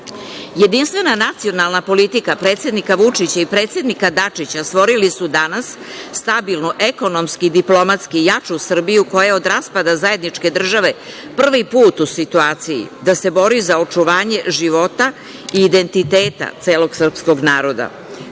vere. Jedinstvena nacionalna politika predsednika Vučića i predsednika Dačića stvorili su danas stabilno ekonomski i diplomatski jaču Srbiju koja je, od raspada zajedničke države, prvi put u situaciji da se bori za očuvanje života, identiteta celog srpskog naroda. Pri